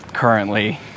currently